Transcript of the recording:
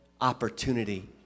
opportunity